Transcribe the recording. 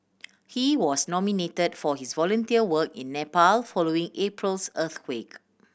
he was nominate for his volunteer work in Nepal following April's earthquake